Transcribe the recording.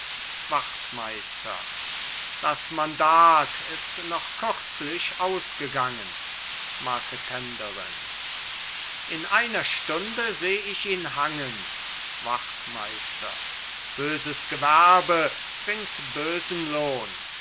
wachtmeister das mandat ist noch kürzlich ausgegangen marketenderin in einer stunde seh ich ihn hangen wachtmeister böses gewerbe bringt bösen lohn